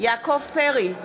יעקב פרי,